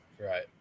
Right